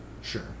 Sure